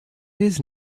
his